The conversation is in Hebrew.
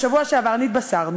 בשבוע שעבר נתבשרנו,